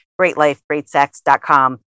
greatlifegreatsex.com